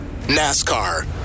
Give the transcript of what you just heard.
NASCAR